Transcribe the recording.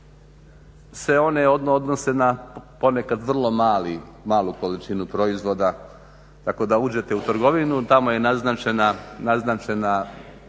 se one odmah odnose na ponekad vrlo malu količinu proizvoda, tako da uđete u trgovinu, tamo je naznačena